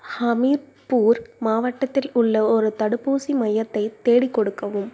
ஹமிர்பூர் மாவட்டத்தில் உள்ள ஒரு தடுப்பூசி மையத்தை தேடிக்கொடுக்கவும்